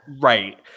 Right